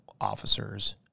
officers